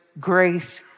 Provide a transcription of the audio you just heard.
grace